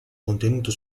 contenuto